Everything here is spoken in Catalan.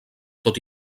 tot